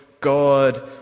God